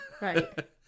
Right